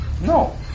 No